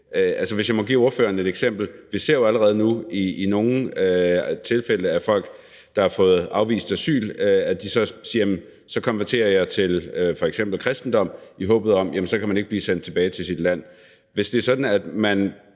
vil jeg give ordføreren et eksempel: Vi ser jo allerede nu i nogle tilfælde, at folk, der har fået afvist deres ansøgning om asyl, konverterer til f.eks. kristendom i håbet om, at de så ikke kan blive sendt tilbage til deres land. Lad os sige, at man